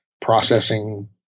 processing